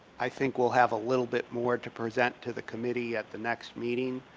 i think we'll have a little bit more to present to the committee at the next meeting.